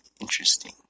Interesting